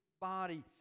body